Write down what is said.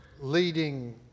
leading